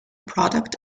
product